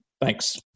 Thanks